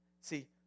See